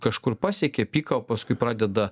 kažkur pasiekia piką o paskui pradeda